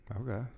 okay